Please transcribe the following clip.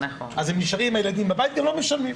אז הם נשארים עם הילדים בבית לא משלמים.